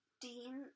Dean